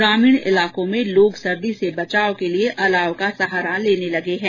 ग्रामीण इलाको में लोग सर्दी से बचाव के लिये अलाव का सहारा लेने लगे हैं